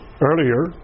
earlier